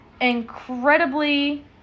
incredibly